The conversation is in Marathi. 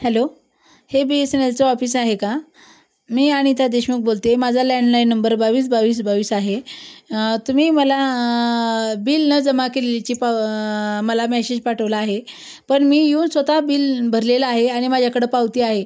हॅलो हे बी एस एन एलचं ऑफिस आहे का मी अनिता देशमुख बोलते आहे माझा लँडलाइण णंबर बावीस बावीस बावीस आहे तुम्ही मला बिल न जमा केलेल्याची पाव मला मॅशेज पाठवला आहे पण मी येऊन स्वतः बिल भरलेलं आहे आणि माझ्याकडं पावती आहे